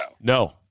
No